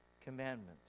commandment